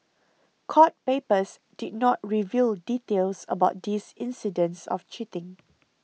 court papers did not reveal details about these incidents of cheating